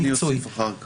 אני אוסיף אחר כך.